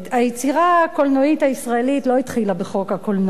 היצירה הקולנועית הישראלית לא התחילה בחוק הקולנוע,